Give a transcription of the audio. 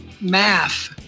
math